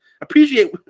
appreciate